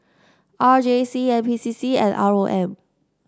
R J C N P C C and R O M